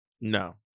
No